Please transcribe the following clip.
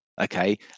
okay